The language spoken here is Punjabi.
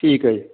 ਠੀਕ ਹੈ ਜੀ